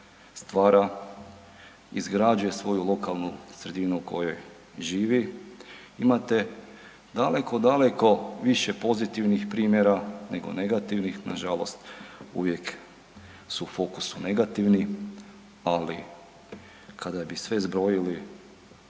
stvara, izrađuje svoju lokalnu sredinu u kojoj živi. Imate daleko, daleko više pozitivnih primjera nego negativnih, nažalost uvijek su u fokusu negativni, ali kada bi sve zbrojili